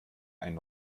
einen